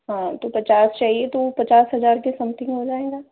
हाँ तो पचास चाहिए तो पचास हज़ार से समथिंग हो जाएगा